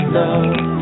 love